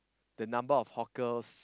the number of hawkers